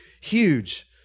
huge